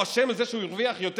הוא אשם בזה שהוא הרוויח יותר,